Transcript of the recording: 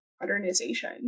Modernization